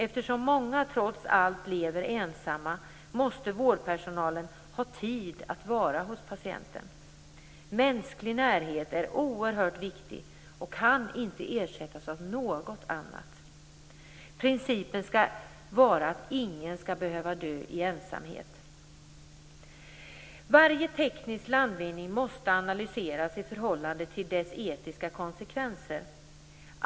Eftersom många trots allt lever ensamma måste vårdpersonalen ha tid att vara hos patienten. Mänsklig närhet är oerhört viktig och kan inte ersättas av något annat. Principen skall vara att ingen skall behöva dö i ensamhet. Varje teknisk landvinning måste analyseras i förhållande till dess etiska konsekvenser.